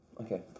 Okay